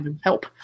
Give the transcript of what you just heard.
help